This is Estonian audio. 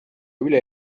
üle